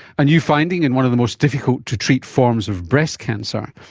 a new finding in one of the most difficult to treat forms of breast cancer.